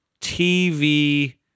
TV